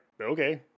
okay